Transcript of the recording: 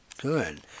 good